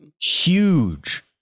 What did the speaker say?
Huge